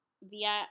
via